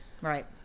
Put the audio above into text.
right